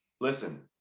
listen